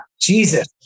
Jesus